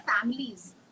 families